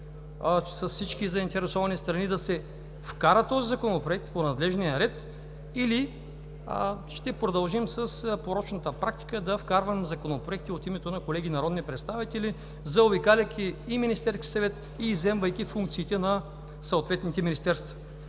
с всички заинтересовани страни да вкара този законопроект, или ще продължим с порочната практика да вкарваме законопроекти от името на колеги народни представители, заобикаляйки и Министерския съвет и изземвайки функциите на съответните министерства?